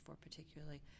particularly